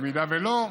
אם לא,